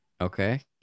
Okay